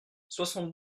soixante